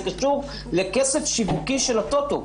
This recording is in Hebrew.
זה קשור לכסף שיווקי של הטוטו.